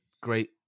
great